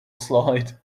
slide